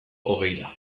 hogeira